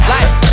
Life